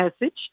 message